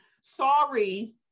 sorry